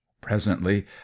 presently